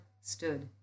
stood